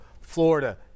Florida